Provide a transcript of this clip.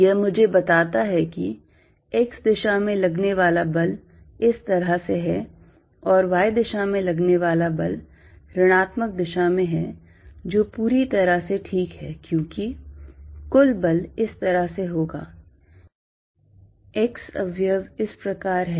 यह मुझे बताता है कि x दिशा में लगने वाला बल इस तरह से है और y दिशा में लगने वाला बल ऋणात्मक दिशा में है जो पूरी तरह से ठीक है क्योंकि कुल बल इस तरह से होगा x अवयव इस प्रकार है और y अवयव इस प्रकार है